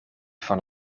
van